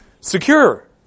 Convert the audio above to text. Secure